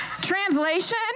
Translation